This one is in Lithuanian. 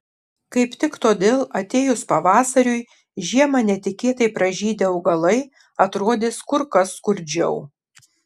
kaip tik todėl atėjus pavasariui žiemą netikėtai pražydę augalai atrodys kur kas skurdžiau